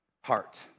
heart